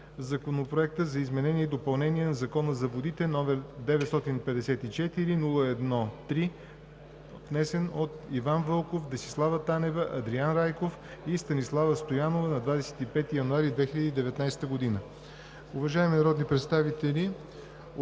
Законопроектът за изменение и допълнение на Закона за водите, № 954-01-3, внесен от Иван Вълков, Десислава Танева, Андриан Райков и Станислава Стоянова на 25 януари 2019 г. Уважаеми народни представители,